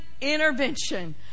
intervention